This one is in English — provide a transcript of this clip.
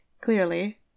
clearly